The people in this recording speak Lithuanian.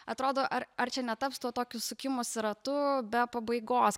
atrodo ar ar čia netaps tuo tokiu sukimosi ratu be pabaigos